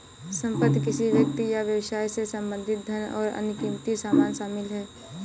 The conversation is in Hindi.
संपत्ति किसी व्यक्ति या व्यवसाय से संबंधित धन और अन्य क़ीमती सामान शामिल हैं